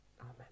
Amen